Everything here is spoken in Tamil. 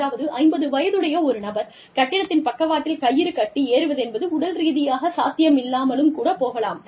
அதாவது 50 வயதுடைய ஒரு நபர் கட்டிடத்தின் பக்கவாட்டில் கயிறு கட்டி ஏறுவதென்பது உடல் ரீதியாகச் சாத்தியமில்லாமலும் கூடப் போகலாம்